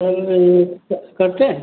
sir ये करते हैं